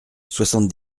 soixante